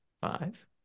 five